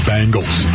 Bengals